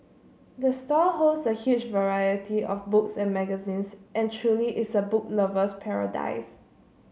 the store holds a huge variety of books and magazines and truly is a book lover's paradise